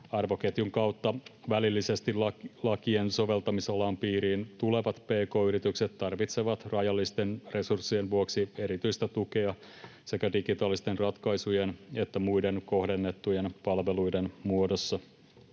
Arvoketjun kautta välillisesti lakien soveltamisalan piiriin tulevat pk-yritykset tarvitsevat rajallisten resurssiensa vuoksi erityistä tukea sekä digitaalisten ratkaisujen että muiden kohdennettujen palveluiden muodossa.